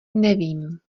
nevím